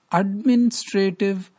administrative